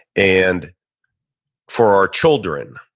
and for our children,